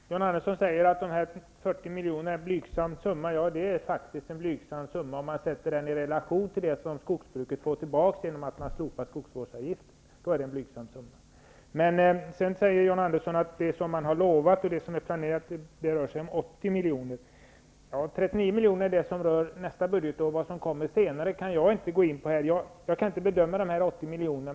Herr talman! John Andersson säger att de 40 miljonerna är en blygsam summa. Ja, det är en blygsam summa om man sätter den i relation till det som skogsbruket får tillbaka genom att man slopar skogsvårdsavgiften. Men sedan säger John Andersson att det som man har lovat och är planerat rör sig om 80 miljoner. 39 miljoner är det som rör nästa budgetår. Vad som kommer senare kan jag inte gå in på här. Jag kan inte bedöma summan på 80 miljoner.